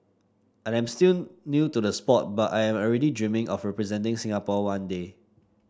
I am still new to the sport but I am already dreaming of representing Singapore one day